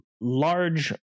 large